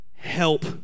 help